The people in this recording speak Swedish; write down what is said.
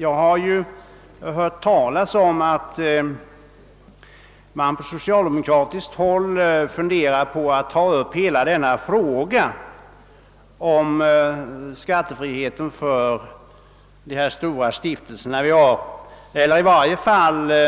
Jag har hört talas om att man på socialdemokratiskt håll funderar på att ta upp hela frågan om skattefriheten för dessa stora stiftelser eller i varje fall låta